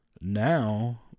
now